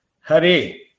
Hari